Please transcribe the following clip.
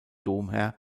domherr